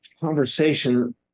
conversation